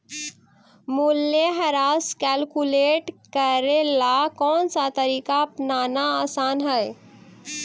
मूल्यह्रास कैलकुलेट करे ला कौनसा तरीका अपनाना आसान हई